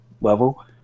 level